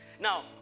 Now